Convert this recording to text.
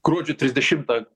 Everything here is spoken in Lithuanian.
gruodžio trisdešimtą